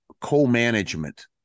co-management